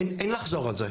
אין לחזור על זה,